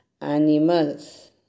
animals